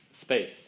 space